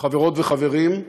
חברות וחברים,